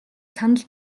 санал